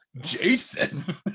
Jason